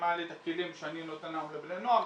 אם היו לי את הכלים שאני נותן היום לבני נוער,